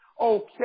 okay